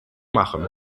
machen